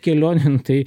kelionėm tai